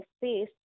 face